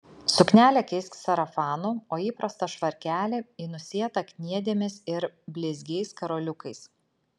suknelę keisk sarafanu o įprastą švarkelį į nusėtą kniedėmis ir blizgiais karoliukais